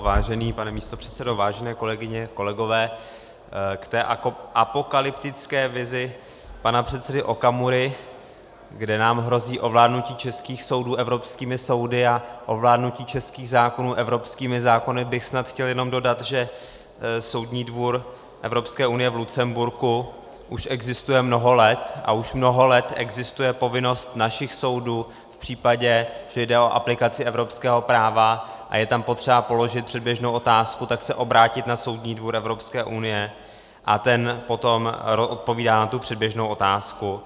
Vážený pane místopředsedo, vážené kolegyně, kolegové, k té apokalyptické vizi pana předsedy Okamury, kde nám hrozí ovládnutí českých soudů evropskými soudy a ovládnutí českých zákonů evropskými zákony, bych snad chtěl jenom dodat, že Soudní dvůr Evropské unie v Lucemburku už existuje mnoho let a už mnoho let existuje povinnost našich soudů v případě, že jde o aplikaci evropského práva a je tam potřeba položit předběžnou otázku, tak se obrátit na Soudní dvůr Evropské unie a ten potom odpovídá na tu předběžnou otázku.